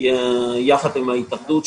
יחד עם ההתאחדות.